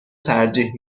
ترجیح